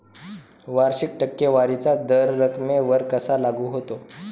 वार्षिक टक्केवारीचा दर रकमेवर कसा लागू होतो?